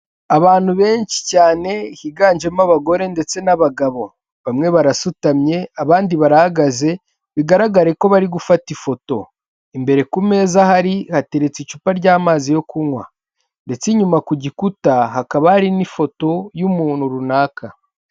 Abantu benshi cyane higanjemo abagore ndetse n'abagabo, bamwe barasutamye abandi barahagaze, bigaragare ko bari gufata ifoto, imbere ku meza hari hateretse icupa ry'amazi yo kunywa, ndetse inyuma ku gikuta hakaba hari n'ifoto y'umuntu runaka.